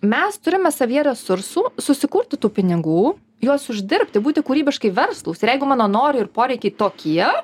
mes turime savyje resursų susikurti tų pinigų juos uždirbti būti kūrybiškai verslūs jeigu mano norai ir poreikiai tokie